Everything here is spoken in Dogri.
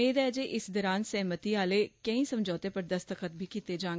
मेद ऐ जे इस दौरान सैहमति आहले केई समझौतें पर दस्तख्त बी कीते जाडन